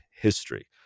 history